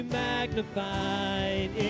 magnified